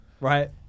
Right